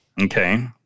Okay